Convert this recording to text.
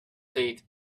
date